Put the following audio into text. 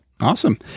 awesome